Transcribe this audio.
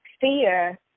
fear